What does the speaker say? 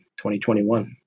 2021